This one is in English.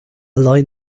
line